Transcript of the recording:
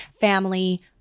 family